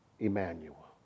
Emmanuel